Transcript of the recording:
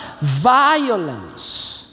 violence